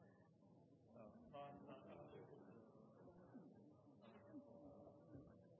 ja,